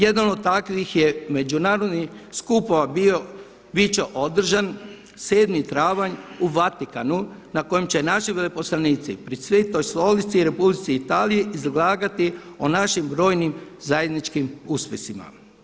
Jedan od takvih je međunarodnih skupova bio, biti će održan 7. travanj u Vatikanu na kojem će naši veleposlanici pri Svetoj stolici u Republici Italiji izlagati o našim brojim zajedničkim uspjesima.